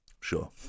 Sure